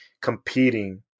competing